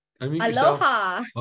Aloha